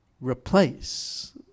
replace